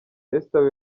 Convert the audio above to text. esther